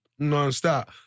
nonstop